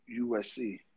USC